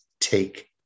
take